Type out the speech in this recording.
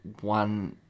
one